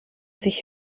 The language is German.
sich